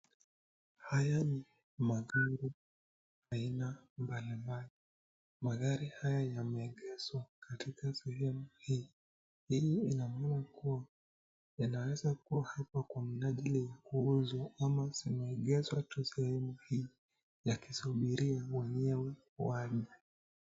Haya ni magari aina mbalimbali. Magari haya yameegeshwa katika sehemu hii. Hii ina maana kuwa yanaweza kuwa hapa kwa mna ajili ya kuuzwa ama yameegeshwa tu sehemu hii ya kusubiria mwenyewe waje.